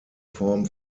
form